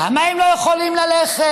למה הם לא יכולים ללכת,